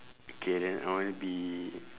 okay then I wanna be